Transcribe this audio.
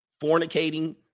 fornicating